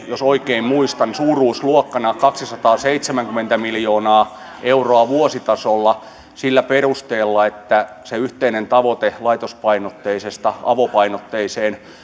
jos oikein muistan suuruusluokkana kaksisataaseitsemänkymmentä miljoonaa euroa vuositasolla sillä perusteella että se yhteinen tavoite laitospainotteisesta avopainotteiseen